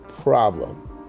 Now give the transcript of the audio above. problem